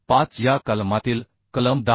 5 या कलमातील कलम 10